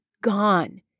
gone